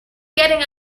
getting